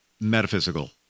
metaphysical